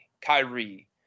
Kyrie